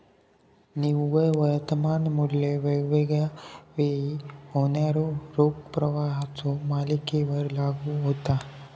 निव्वळ वर्तमान मू्ल्य वेगवेगळा वेळी होणाऱ्यो रोख प्रवाहाच्यो मालिकेवर लागू होता